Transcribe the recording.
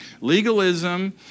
Legalism